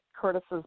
Curtis's